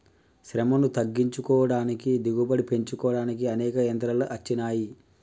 శ్రమను తగ్గించుకోడానికి దిగుబడి పెంచుకోడానికి అనేక యంత్రాలు అచ్చినాయి